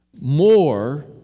More